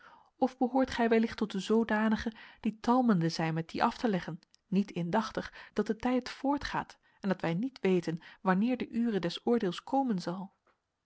of behoort gij wellicht tot de zoodanigen die talmende zijn met die af te leggen niet indachtig dat de tijd voortgaat en dat wij niet weten wanneer de ure des oordeels komen zal